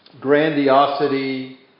Grandiosity